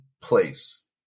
place